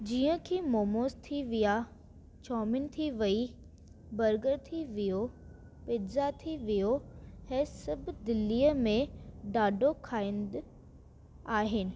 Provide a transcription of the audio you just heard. जीअं की मोमोस थी विया चोमिन थी वेई बर्गर थी वियो पिज़्जा थी वियो ही सभ दिल्लीअ में ॾाढो खाईंदा आहिनि